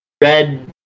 red